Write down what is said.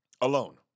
alone